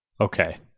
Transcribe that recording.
Okay